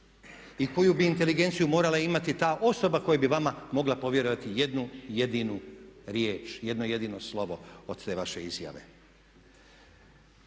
i koju bi inteligenciju morala imati ta osoba koja bi vama mogla povjerovati jednu jedinu riječ, jedno jedino slovo od te vaše izjave.